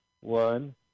one